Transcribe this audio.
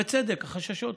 בצדק, החששות.